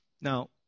Now